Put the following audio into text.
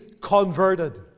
converted